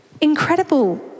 Incredible